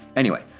anyway,